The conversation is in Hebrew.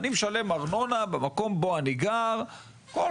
היא מקבלת על בסיס קבוע.